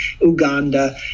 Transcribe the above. Uganda